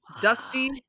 Dusty